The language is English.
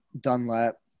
Dunlap